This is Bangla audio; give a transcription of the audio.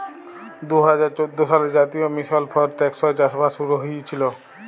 দু হাজার চোদ্দ সালে জাতীয় মিশল ফর টেকসই চাষবাস শুরু হঁইয়েছিল